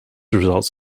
results